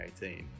2018